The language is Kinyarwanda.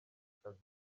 kazi